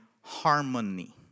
harmony